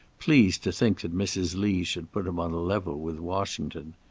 pleased to think that mrs. lee should put him on a level with washington.